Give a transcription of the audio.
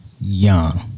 young